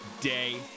day